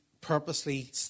purposely